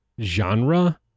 genre